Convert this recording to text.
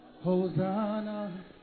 Hosanna